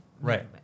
Right